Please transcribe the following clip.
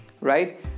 right